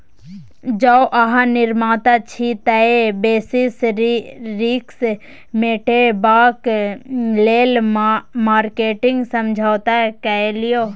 जौं अहाँ निर्माता छी तए बेसिस रिस्क मेटेबाक लेल मार्केटिंग समझौता कए लियौ